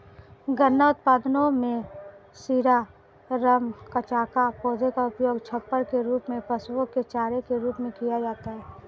गन्ना उत्पादों में शीरा, रम, कचाका, पौधे का उपयोग छप्पर के रूप में, पशुओं के चारे के रूप में किया जाता है